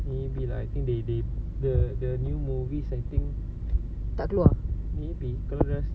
tak keluar